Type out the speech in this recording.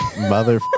mother